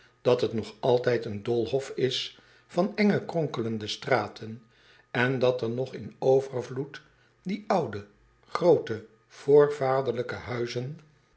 dat het nog altijd een doolhof is van enge kronkelende straten en dat er nog in overvloed die oude groote voorvaderlijke huizen